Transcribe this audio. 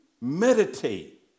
meditate